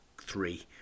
three